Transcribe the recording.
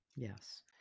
Yes